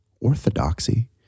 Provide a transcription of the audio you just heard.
orthodoxy